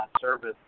service